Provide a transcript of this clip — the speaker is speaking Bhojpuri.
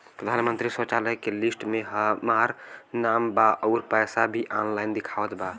प्रधानमंत्री शौचालय के लिस्ट में हमार नाम बा अउर पैसा भी ऑनलाइन दिखावत बा